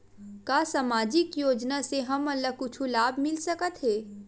का सामाजिक योजना से हमन ला कुछु लाभ मिल सकत हे?